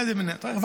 אתה רואה?